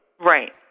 Right